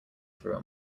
through